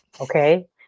Okay